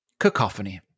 Cacophony